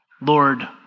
Lord